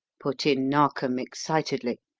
put in narkom excitedly.